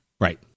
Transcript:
right